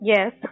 Yes